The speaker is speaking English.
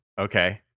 Okay